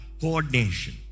coordination